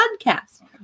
podcast